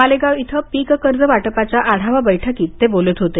मालेगाव इथं पिक कर्ज वाटपाच्या आढावा बैठकीत ते बोलत होते